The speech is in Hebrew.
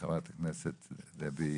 חברת הכנסת דבי